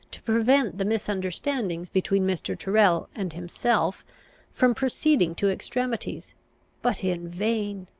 to prevent the misunderstanding between mr. tyrrel and himself from proceeding to extremities but in vain!